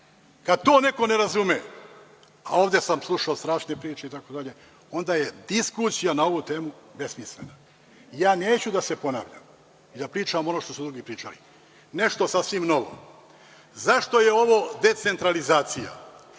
Kada to neko ne razume, a ovde sam slušao strašne priče, onda je diskusija na ovu temu besmislena. Neću da se ponavljam, da pričam ono što su drugi pričali, nešto sasvim novo. Zašto je ovo decentralizacija?